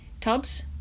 tubs